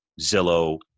Zillow